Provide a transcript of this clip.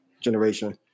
generation